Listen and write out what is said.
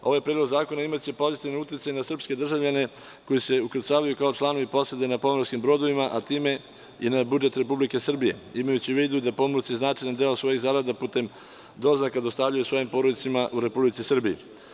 Ovaj Predlog zakona imaće pozitivan uticaj na srpske državljane koji se ukrcavaju kao članovi posade na pomorskim brodovima a time i na budžet Republike Srbije, imajući u vidu da pomorci značajni deo svojih zarada putem doznaka dostavljaju svojim porodicama u Republici Srbiji.